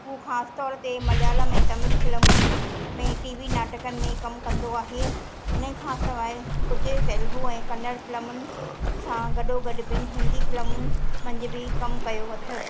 हू ख़ासि तौर ते मलयालम ऐं तमिल फिल्मुनि में टी वी नाटकनि में कमु कंदो आहे इन खां सवाइ कुझु तेलगु ऐं कन्नड़ फिल्मनि सां गॾो गॾु ॿिनि हिंदी फिल्मुनि मंझि बि कमु कयो अथसि